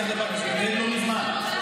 כי זה לא מזמן,